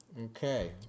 Okay